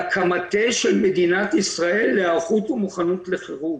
כמטה של מדינת ישראל להיערכות וחירום.